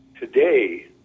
today